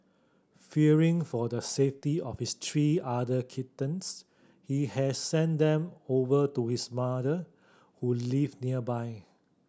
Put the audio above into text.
fearing for the safety of his three other kittens he has sent them over to his mother who live nearby